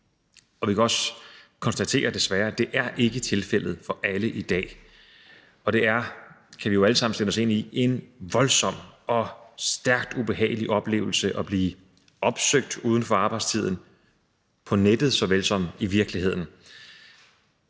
desværre også konstatere, at det ikke er tilfældet for alle i dag, og at det er – det kan vi jo alle sammen sætte os ind i – en voldsom og stærkt ubehagelig oplevelse at blive opsøgt uden for arbejdstiden, på nettet såvel som i virkeligheden.